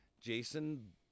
Jason